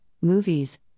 movies